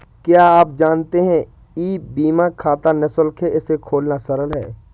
क्या आप जानते है ई बीमा खाता निशुल्क है, इसे खोलना सरल है?